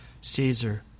Caesar